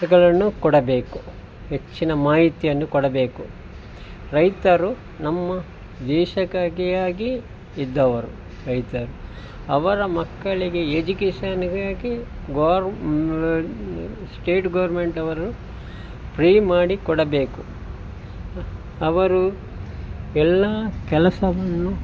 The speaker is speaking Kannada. ಗಳನ್ನು ಕೊಡಬೇಕು ಹೆಚ್ಚಿನ ಮಾಹಿತಿಯನ್ನು ಕೊಡಬೇಕು ರೈತರು ನಮ್ಮ ದೇಶಕ್ಕಾಗಿಯೇ ಆಗಿ ಇದ್ದವರು ರೈತರು ಅವರ ಮಕ್ಕಳಿಗೆ ಎಜುಕೇಷನ್ನಿಗಾಗಿ ಗೌರ್ ಸ್ಟೇಟ್ ಗೌರ್ಮೆಂಟ್ ಅವರು ಫ್ರೀ ಮಾಡಿ ಕೊಡಬೇಕು ಅವರು ಎಲ್ಲ ಕೆಲಸವನ್ನು